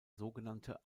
sogenannte